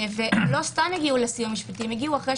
והם לא סתם הגיעו לסיוע המשפטי; הם הגיעו אחרי